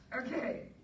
Okay